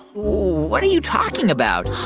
what are you talking about?